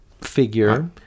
figure